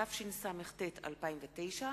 התשס"ט 2009,